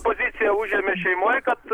poziciją užėmė šeimoj kad